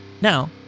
Now